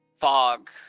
Fog